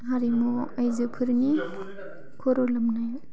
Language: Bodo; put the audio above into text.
हारिमु आइजोफोरनि खर' लोमनाय